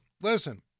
listen